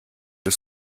des